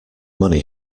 money